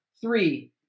Three